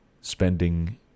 spending